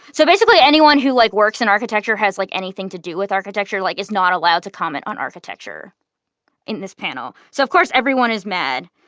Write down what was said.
so basically anyone who like works in architecture, has like anything to do with architecture like is not allowed to comment on architecture in this panel. so of course, everyone is mad.